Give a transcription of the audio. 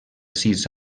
sis